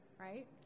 Right